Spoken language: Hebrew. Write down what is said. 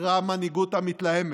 אחרי המנהיגות המתלהמת.